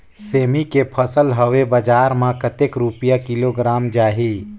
सेमी के फसल हवे बजार मे कतेक रुपिया किलोग्राम जाही?